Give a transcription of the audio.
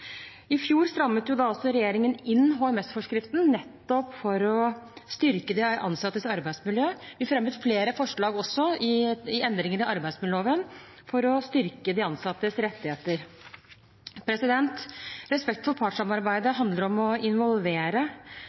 I fjor strammet da også regjeringen inn HMS-forskriften, nettopp for å styrke de ansattes arbeidsmiljø. Vi fremmet også flere forslag til endringer i arbeidsmiljøloven for å styrke de ansattes rettigheter. Respekt for partssamarbeidet handler om å involvere.